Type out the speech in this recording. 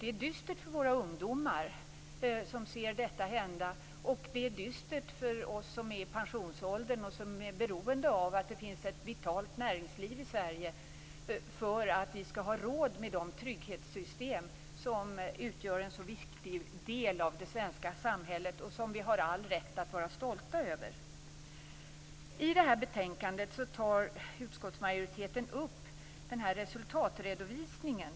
Det är dystert för våra ungdomar som ser detta hända, och det är dystert för oss som är i pensionsåldern och som är beroende av att det finns ett vitalt näringsliv i Sverige för att vi skall ha råd med de trygghetssystem som utgör en så viktig del av det svenska samhället och som vi har all rätt att vara stolta över. I detta betänkande tar utskottsmajoriteten upp den här resultatredovisningen.